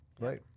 right